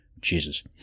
Jesus